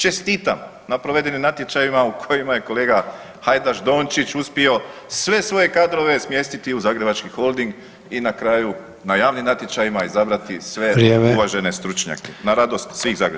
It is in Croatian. Čestitam na provedenim natječajima u kojima je kolega Hajdaš Dončić uspio sve svoje kadrove smjestiti u zagrebački Holding i na kraju na javnim natječajima izabrati sve uvažene [[Upadica: Vrijeme.]] stručnjake na radost svih Zagrepčana.